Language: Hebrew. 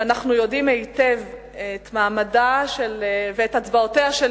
ואנחנו יודעים היטב את מעמדה ואת הצבעותיה של